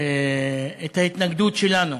את ההתנגדות שלנו